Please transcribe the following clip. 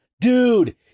Dude